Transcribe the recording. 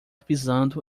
pisando